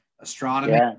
astronomy